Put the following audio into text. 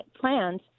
plans